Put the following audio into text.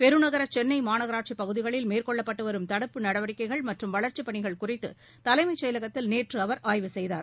பெருநகர சென்னை மாநகராட்சி பகுதிகளில் மேற்கொள்ளப்பட்டு வரும் தடுப்பு நடவடிக்கைகள் மற்றும் வளர்ச்சி பணிகள் குறித்து தலைமைச் செயலகத்தில் நேற்று அவர் ஆய்வு செய்தார்